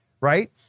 right